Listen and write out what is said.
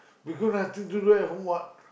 because nothing to do at home what